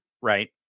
Right